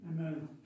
Amen